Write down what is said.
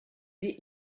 did